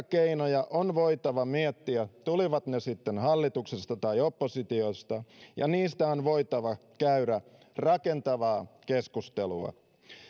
keinoja on voitava miettiä tulivat ne sitten hallituksesta tai oppositiosta ja niistä on voitava käydä rakentavaa keskustelua